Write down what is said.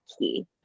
key